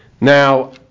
Now